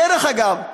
דרך אגב,